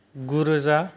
गुरोजा